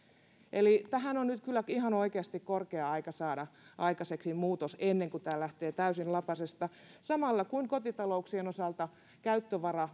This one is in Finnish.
eli tähän on nyt kyllä ihan oikeasti korkea aika saada aikaiseksi muutos ennen kuin tämä lähtee täysin lapasesta samalla kun kotitalouksien osalta käyttövara